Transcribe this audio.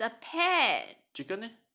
parrot is a pet